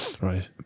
right